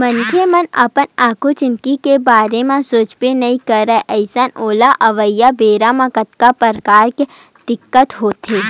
मनखे मन अपन आघु जिनगी के बारे म सोचबे नइ करय अइसन ओला अवइया बेरा म कतको परकार के दिक्कत होथे